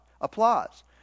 applause